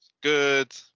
good